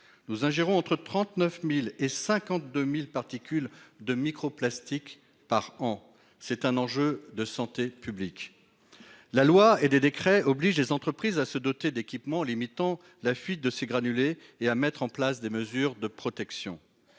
Nous ingérons entre 39 000 et 52 000 particules de microplastique par an. C'est un enjeu de santé publique. La loi et des décrets obligent les entreprises à se doter d'équipements limitant la fuite de ces granulés et à mettre en place des mesures de protection.